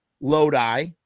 Lodi